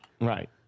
Right